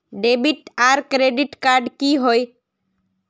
Debit आर credit card की होय?